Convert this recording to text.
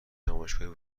نمایشگاهی